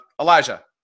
Elijah